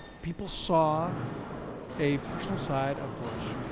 people saw a personal side of bush,